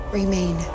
remain